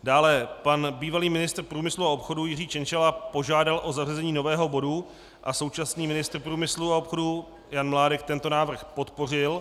Dále pan bývalý ministr průmyslu a obchodu Jiří Cienciala požádal o zařazení nového bodu a současný ministr průmyslu a obchodu Jan Mládek tento návrh podpořil.